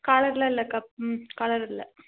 காலரெலாம் இல்லைக்கா ம் காலர் இல்லை